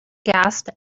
gasped